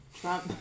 Trump